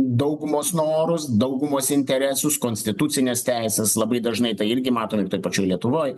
daugumos norus daugumos interesus konstitucines teises labai dažnai tai irgi matome pačioj lietuvoj